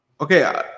okay